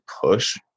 push